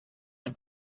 ein